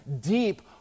deep